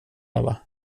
alla